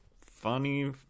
funny